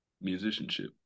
musicianship